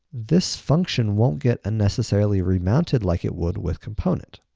this function won't get unnecessarily remounted like it would with component.